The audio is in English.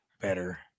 better